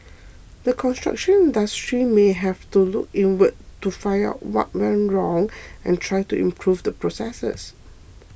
the construction industry may have to look inward to find out what went wrong and try to improve the processes